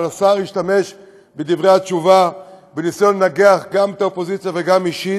אבל השר השתמש בדברי התשובה בניסיון לנגח גם את האופוזיציה וגם אישית,